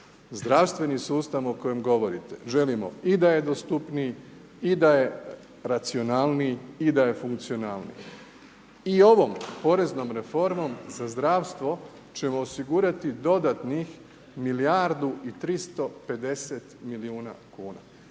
Zdravstveni sustav o kojem govorite, želimo i da je dostupniji i da je racionalniji i da je funkcionalniji. I ovom poreznom reformom za zdravstvo ćemo osigurati dodatnih milijardu i 350 milijuna kuna.